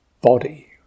body